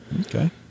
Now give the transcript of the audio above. Okay